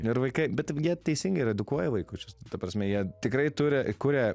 ir vaikai bet tai jie teisingai ir edukuoja vaikučius ta prasme jie tikrai turi kuria